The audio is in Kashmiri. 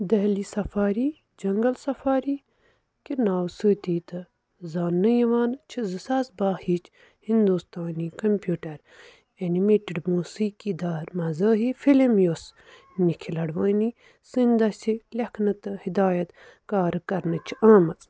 دہلی سَفاری جنگل سَفاری کہِ ناوٕ سۭتۍ تہِ تہٕ زانٛنہٕ یِوان چھِ زٕ ساس باہ ہٕچ ہِنٛدوستٲنۍ کمپیٛوٗٹر ایٚنِمیٹِڈ موسیٖقی دار مزاحی فِلِم یۄس نِکھٕل اڑوانی سٕنٛدِ دٔسہِ لٮ۪کھنہٕ تہٕ ہِدایت کار کَرنہٕ چھےٚ آمٕژ